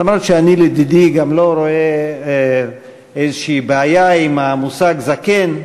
למרות שאני לדידי גם לא רואה איזושהי בעיה עם המושג "זקן".